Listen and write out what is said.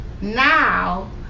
Now